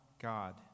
God